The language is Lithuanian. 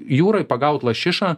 jūroj pagaut lašišą